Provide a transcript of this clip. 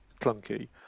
clunky